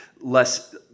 less